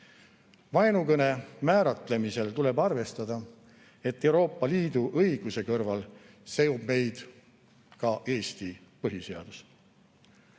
Vaenukõne määratlemisel tuleb arvestada, et Euroopa Liidu õiguse kõrval seob meid ka Eesti